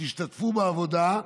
תשתתפו בעבודה.